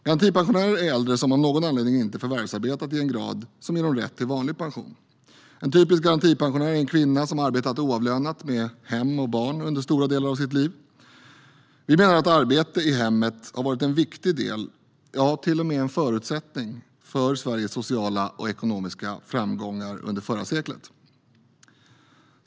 Garantipensionärer är äldre som av någon anledning inte förvärvsarbetat i en grad som ger dem rätt till vanlig pension. En typisk garantipensionär är en kvinna som har arbetat oavlönat med hem och barn under stora delar av sitt liv. Vi menar att arbete i hemmet var en viktig del, ja till och med en förutsättning, för Sveriges sociala och ekonomiska framgångar under förra seklet.